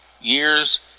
years